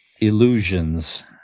illusions